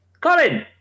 Colin